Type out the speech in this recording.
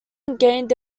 gained